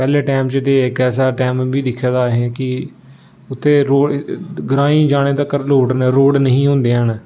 पैह्ले टैम च ते इक ऐसा टैम बी दिक्खे दा ऐ असें कि उत्थै रोड़ ग्रां गी जाने दा रोड़ नेईं ही होंदे हैन